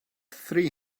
three